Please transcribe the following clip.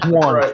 one